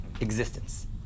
existence